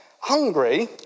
hungry